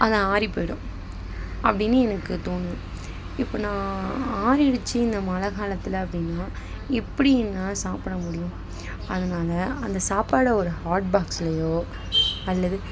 அது ஆறி போயிடும் அப்படினு எனக்கு தோணுது இப்போ நான் ஆறிடுச்சி இந்த மழை காலத்தில் அப்படினா எப்படி என்னால் சாப்புட முடியும் அதனால அந்த சாப்பாடை ஒரு ஹாட் பாக்ஸ்லையோ அல்லது